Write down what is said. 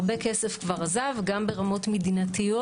הרבה כסף כבר עזב גם ברמות מדינתיות.